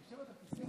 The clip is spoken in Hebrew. את יושבת על כיסא,